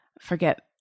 forget